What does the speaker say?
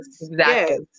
yes